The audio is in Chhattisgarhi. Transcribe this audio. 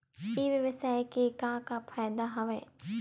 ई व्यवसाय के का का फ़ायदा हवय?